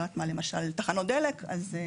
למשל תחנות דלק, אז זה,